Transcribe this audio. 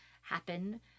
happen